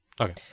Okay